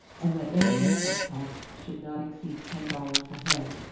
and that any import tax should not exceed ten dollars a head.